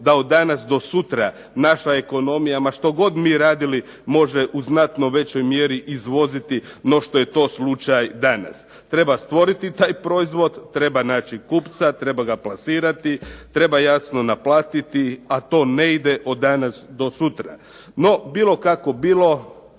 da od danas do sutra naša ekonomija, ma štogod mi radili, može u znatno većoj mjeri izvoziti no što je to slučaj danas. Treba stvoriti taj proizvod, treba naći kupca, treba ga plasirati, treba jasno naplatiti, a to ne ide od danas do sutra. No, bilo kako bilo